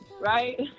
right